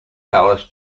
palace